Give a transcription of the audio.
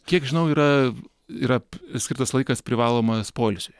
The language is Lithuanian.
kiek žinau yra yra skirtas laikas privalomas poilsiui